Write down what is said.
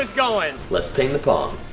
going? let's ping the pong.